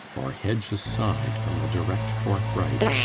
or hedge aside from the direct forthright,